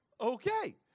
okay